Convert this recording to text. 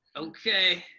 okay.